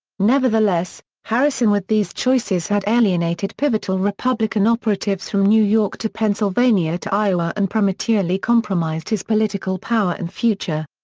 nevertheless, harrison with these choices had alienated pivotal republican operatives from new york to pennsylvania to iowa and prematurely compromised his political power and future.